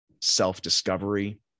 self-discovery